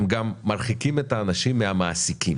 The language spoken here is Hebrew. הם גם מרחיקים את האנשים מהמעסיקים